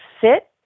sit